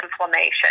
inflammation